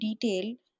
detail